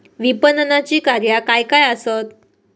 विपणनाची कार्या काय काय आसत?